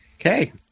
Okay